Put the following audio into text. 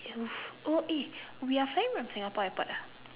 of oh eh we are flying from Singapore airport ah